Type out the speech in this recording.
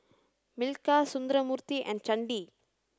Milkha Sundramoorthy and Chandi